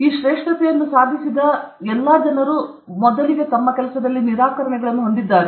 ಈ ಶ್ರೇಷ್ಠತೆಯನ್ನು ಸಾಧಿಸಿದ ಎಲ್ಲ ಜನರೂ ಸಹ ನಿರಾಕರಣೆಗಳನ್ನು ಹೊಂದಿದ್ದಾರೆ